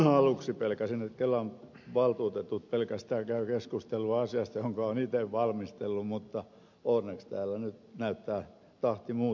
aluksi pelkäsin että kelan valtuutetut pelkästään käyvät keskustelua asiasta jonka ovat itse valmistelleet mutta onneksi täällä nyt näyttää tahti muuttuvan